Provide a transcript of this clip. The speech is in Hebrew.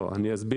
לא, אני אסביר.